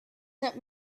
sent